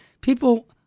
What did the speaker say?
people